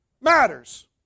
matters